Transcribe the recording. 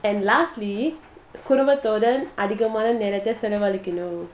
and lastly குடும்பத்தோடஅதிகமானநேரத்தசெலவழிக்கணும்:kudumbathoda adhigamana neratha selavazhikanum